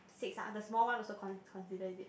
six ah the small one also con~ considered is it